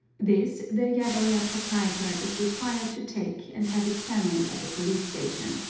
this the yadoya proprietor is required to take and have examined at the police station,